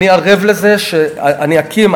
אני ערב לזה שאני אקים,